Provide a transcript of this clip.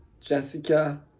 Jessica